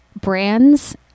brands